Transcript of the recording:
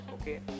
okay